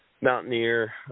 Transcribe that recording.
mountaineer